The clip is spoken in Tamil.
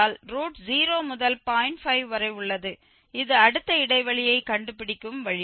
5 வரை உள்ளது இது அடுத்த இடைவெளியைக் கண்டுபிடிக்கும் வழி